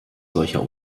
solcher